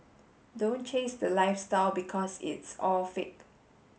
don't chase the lifestyle because it's all fake